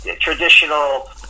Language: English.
traditional